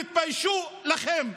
תתביישו לכם.